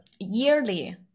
yearly